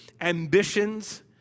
ambitions